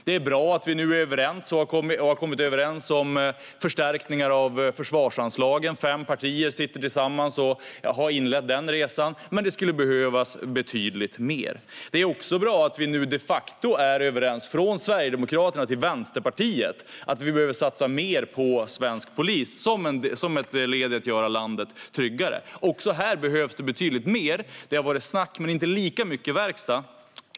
Det är bra att vi nu har kommit överens om förstärkningar av försvarsanslagen. Fem partier har tillsammans inlett den resan. Men det skulle behövas betydligt mer. Det är också bra att vi nu de facto är överens, från Sverigedemokraterna till Vänsterpartiet, om att vi behöver satsa mer på svensk polis som ett led i att göra landet tryggare. Också här behövs betydligt mer. Det har varit snack men inte lika mycket verkstad.